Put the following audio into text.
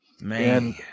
Man